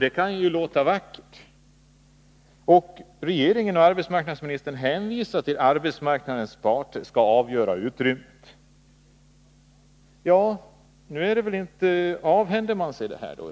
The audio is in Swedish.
Det kan ju låta vackert. Regeringen och arbetsmarknadsministern hänvisar till att arbetsmarknadens parter skall avgöra utrymmet. Avhänder man sig då ansvaret?